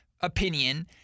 opinion